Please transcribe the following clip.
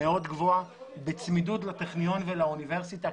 מאוד גבוהה, בצמידות לטכניון ולאוניברסיטה.